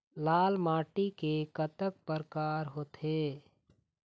लाल माटी के कतक परकार होथे?